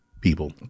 people